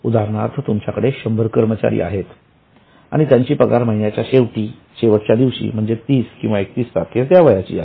उदाहरणार्थ तुमच्याकडे 100 कर्मचारी आहेत आणि त्यांची पगार महिन्याच्या शेवटच्या दिवशी म्हणजे 30 किंवा 31 तारखेस द्यावयाची आहे